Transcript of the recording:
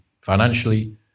financially